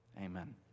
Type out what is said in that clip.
amen